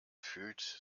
fühlt